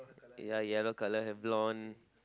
ya yellow colour have blonde